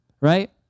right